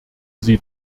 sie